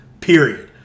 period